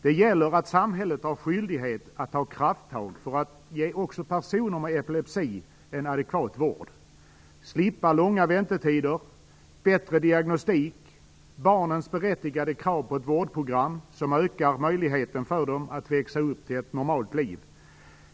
Den gäller att samhället har skyldighet att ta krafttag för att ge också personer med epilepsi en adekvat vård - korta väntetider, bättre diagnostik, barnens berättigade krav på ett vårdprogram som ökar möjligheten för dem att växa upp till ett normalt liv.